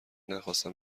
نخواستم